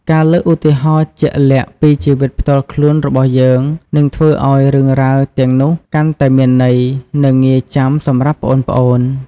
ការលើកឧទាហរណ៍ជាក់លាក់ពីជីវិតផ្ទាល់ខ្លួនរបស់យើង នឹងធ្វើឱ្យរឿងរ៉ាវទាំងនោះកាន់តែមានន័យ និងងាយចាំសម្រាប់ប្អូនៗ។